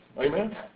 Amen